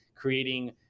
creating